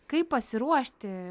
kaip pasiruošti